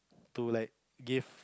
to like give